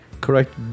Correct